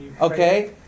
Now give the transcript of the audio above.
Okay